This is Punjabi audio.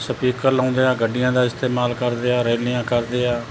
ਸਪੀਕਰ ਲਾਉਂਦੇ ਆ ਗੱਡੀਆਂ ਦਾ ਇਸਤੇਮਾਲ ਕਰਦੇ ਆ ਰੈਲੀਆਂ ਕਰਦੇ ਆ